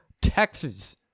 Texas